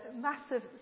massive